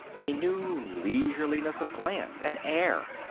a new leisureliness of glance, an air.